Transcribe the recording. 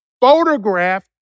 photograph